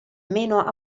meno